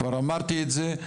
כבר אמרתי את זה,